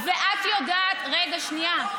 ואת יודעת, אבל לא רק, רגע, שנייה.